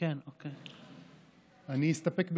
אני חושב שאחמד, ועדה, אני אסתפק ב-60,